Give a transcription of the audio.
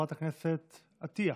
חברת הכנסת עטייה.